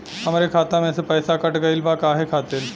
हमरे खाता में से पैसाकट गइल बा काहे खातिर?